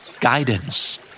Guidance